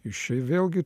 jis čia ir vėlgi